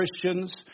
Christians